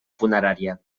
funerària